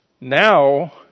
Now